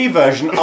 version